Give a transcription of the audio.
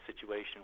situation